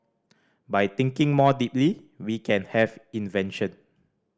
by thinking more deeply we can have invention